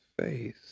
face